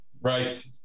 right